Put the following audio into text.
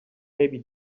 maybe